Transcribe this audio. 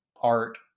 art